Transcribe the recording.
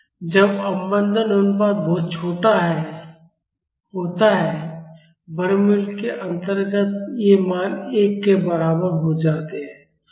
जब अवमंदन अनुपात बहुत छोटा होता है वर्गमूल के अंतर्गत ये मान 1 के बराबर हो जाते हैं